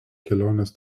kelionės